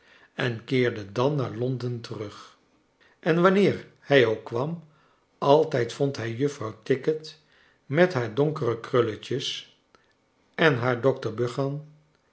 en keerde dan naar londen terug en wanneer hij ook twain altijd vond hij juffrouw tickit met haar donkere krulletjes en haar